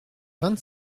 vingt